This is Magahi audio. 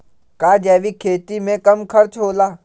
का जैविक खेती में कम खर्च होला?